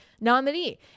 nominee